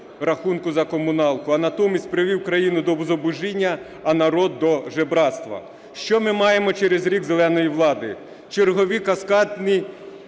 рахунку за комуналку, а натомість привів країну до зубожіння, а народ – до жебрацтва. Що ми маємо через рік "зеленої" влади? Чергові каскадні